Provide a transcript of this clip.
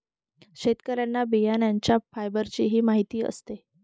शेतकऱ्यांना बियाण्यांच्या फायबरचीही माहिती आहे